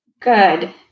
Good